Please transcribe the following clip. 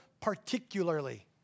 particularly